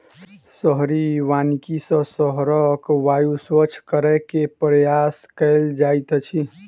शहरी वानिकी सॅ शहरक वायु स्वच्छ करै के प्रयास कएल जाइत अछि